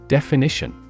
Definition